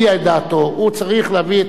הוא צריך להביא את עמדת הממשלה.